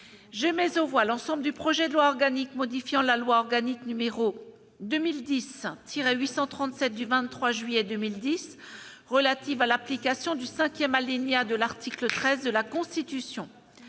commission, l'ensemble du projet de loi organique modifiant la loi organique n° 2010-837 du 23 juillet 2010 relative à l'application du cinquième alinéa de l'article 13 de la Constitution.